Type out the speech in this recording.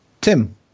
Tim